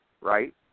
right